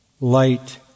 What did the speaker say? light